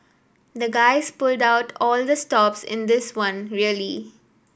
the guys pulled out all the stops in this one really